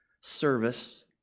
service